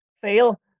Fail